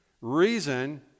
Reason